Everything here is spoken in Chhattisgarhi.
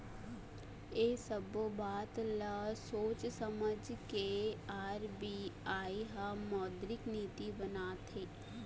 ऐ सब्बो बात ल सोझ समझ के आर.बी.आई ह मौद्रिक नीति बनाथे